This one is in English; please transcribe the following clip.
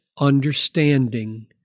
understanding